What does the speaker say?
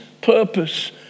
purpose